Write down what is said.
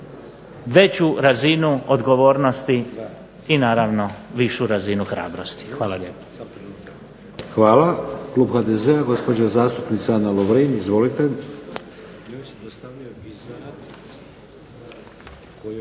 veću razinu odgovornosti i naravno višu razinu hrabrosti. Hvala lijepo.